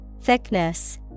Thickness